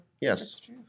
Yes